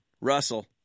Russell